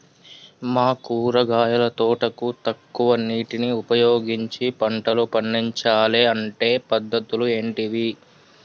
మా కూరగాయల తోటకు తక్కువ నీటిని ఉపయోగించి పంటలు పండించాలే అంటే పద్ధతులు ఏంటివి?